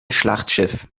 schlachtschiff